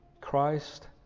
Christ